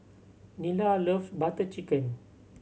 Nila love Butter Chicken